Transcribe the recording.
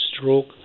stroke